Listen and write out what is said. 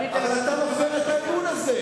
אז אתה מפר את האמון הזה.